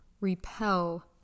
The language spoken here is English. repel